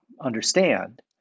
understand